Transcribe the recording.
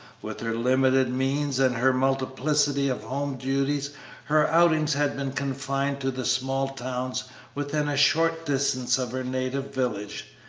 with her limited means and her multiplicity of home duties her outings had been confined to the small towns within a short distance of her native village.